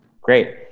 Great